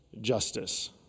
justice